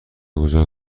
گذار